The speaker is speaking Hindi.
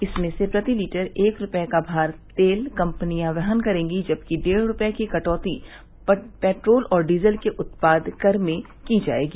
इसमें से प्रति लीटर एक रुपये का भार तेल कंपनियां वहन करेंगी जबकि डेढ़ रुपये की कटौती पेट्रोल और डीजल के उत्पाद कर में की जाएगी